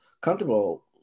comfortable